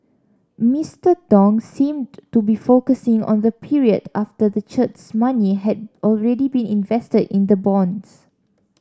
Mister Tong seemed to be focusing on the period after the church's money had already been invested in the bonds